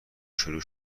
شروع